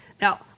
Now